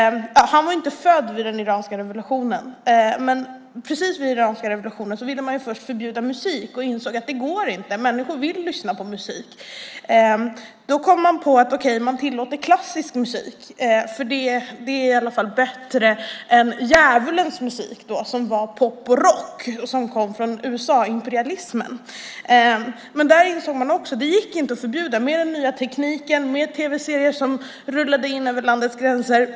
Han var inte född vid tiden för den iranska revolutionen, men precis vid den iranska revolutionen ville man först förbjuda musik. Man insåg att det inte går, för människor vill lyssna på musik. Då kom man på att man kunde tillåta klassisk musik, som i alla fall är bättre än "djävulens musik", som var pop och rock och kom från USA-imperialismen. Men där insåg man också att det inte gick att förbjuda, med den nya tekniken och tv-serier som rullade in över landets gränser.